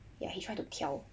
ya he tried to 跳